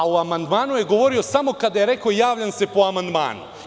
O amandmanu je govorio samo onda kada je rekao – javljam se po amandmanu.